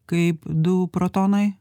kaip du protonai